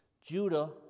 Judah